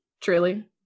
Truly